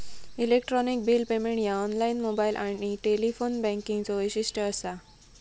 electronic bill payment ह्या online, mobile आणि telephone बँकिंगचो वैशिष्ट्य असा